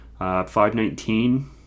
519